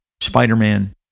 Spider-Man